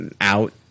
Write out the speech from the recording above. out